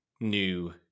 new